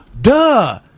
Duh